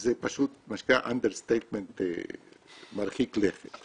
זה אנדרסטייטמנט מרחיק לכת.